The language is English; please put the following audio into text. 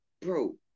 bro